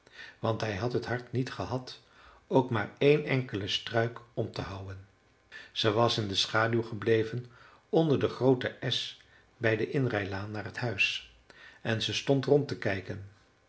want hij had het hart niet gehad ook maar een enkelen struik om te houwen ze was in de schaduw gebleven onder den grooten esch bij de inrijlaan naar t huis en ze stond rond te kijken